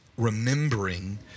remembering